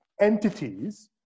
entities